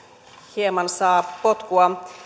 hieman saa potkua